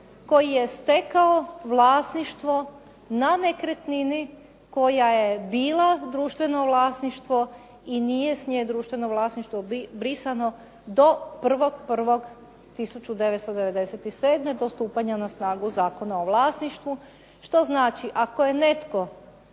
koji je stekao vlasništvo na nekretnini koja je bila društveno vlasništvo i nije s nje društveno vlasništvo brisano do 1. 1. 1997. do stupanja na snagu Zakona o vlasništvu, što znači ako je netko